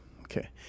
Okay